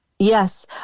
Yes